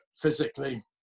physically